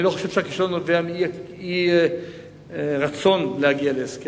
אני לא חושב שהכישלון נובע מאי-רצון להגיע להסכם.